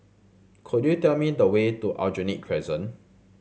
could you tell me the way to Aljunied Crescent